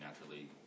naturally